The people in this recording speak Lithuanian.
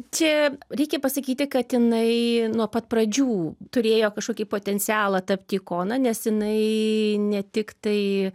čia reikia pasakyti kad jinai nuo pat pradžių turėjo kažkokį potencialą tapti ikona nes jinai ne tiktai